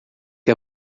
que